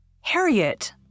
Harriet